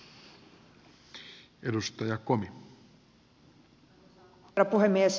arvoisa herra puhemies